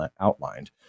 outlined